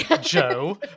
Joe